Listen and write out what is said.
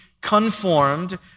conformed